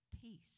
peace